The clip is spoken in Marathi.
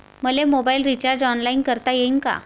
मले मोबाईल रिचार्ज ऑनलाईन करता येईन का?